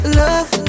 love